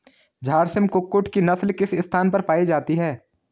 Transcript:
झारसिम कुक्कुट की नस्ल किस स्थान पर पाई जाती है?